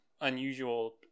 unusual